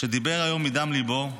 דיבר היום מדם ליבו,